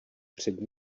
před